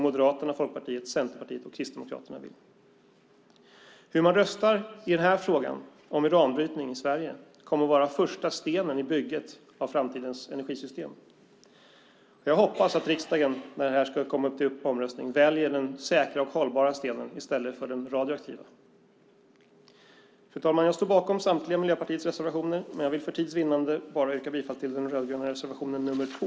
Hur man röstar i den här frågan om uranbrytning i Sverige kommer att vara den första stenen i bygget av framtidens energisystem. Jag hoppas att riksdagen när det här kommer upp till omröstning väljer den säkra och hållbara stenen i stället för den radioaktiva. Fru talman! Jag står bakom samtliga Miljöpartiets reservationer, men jag vill för tids vinnande yrka bifall bara till den rödgröna reservationen nr 2.